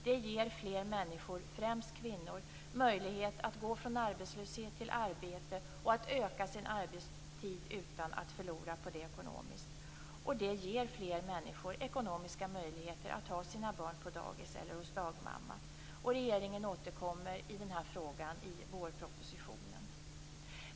Det ger fler människor, främst kvinnor, möjlighet att gå från arbetslöshet till arbete och att öka sin arbetstid utan att förlora på det ekonomiskt. Det ger fler människor ekonomiska möjligheter att ha sina barn på dagis eller hos dagmamma. Regeringen återkommer i den här frågan i vårpropositionen.